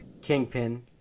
Kingpin